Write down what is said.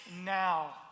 now